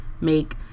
Make